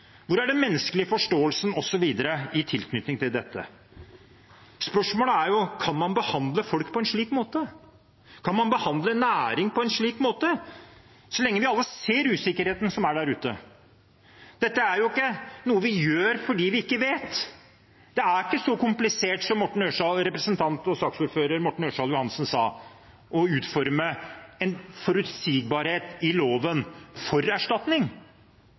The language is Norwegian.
Hvor er verdigheten? Hvor er den menneskelige forståelsen, osv., i tilknytning til dette? Spørsmålet er om man kan behandle folk på en slik måte. Kan man behandle en næring på en slik måte, så lenge vi alle ser den usikkerheten som er der ute? Dette er ikke noe vi gjør fordi vi ikke vet. Det er ikke så komplisert å utforme en forutsigbarhet i loven for erstatning